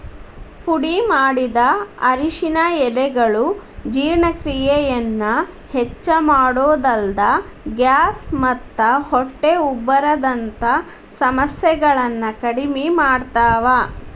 ಪುಡಿಮಾಡಿದ ಅರಿಶಿನ ಎಲೆಗಳು ಜೇರ್ಣಕ್ರಿಯೆಯನ್ನ ಹೆಚ್ಚಮಾಡೋದಲ್ದ, ಗ್ಯಾಸ್ ಮತ್ತ ಹೊಟ್ಟೆ ಉಬ್ಬರದಂತ ಸಮಸ್ಯೆಗಳನ್ನ ಕಡಿಮಿ ಮಾಡ್ತಾವ